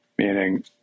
Meaning